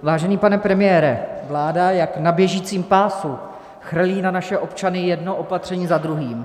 Vážený pane premiére, vláda jak na běžícím pásu chrlí na naše občany jedno opatření za druhým.